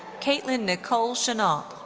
katlyn nicole shinault,